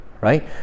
Right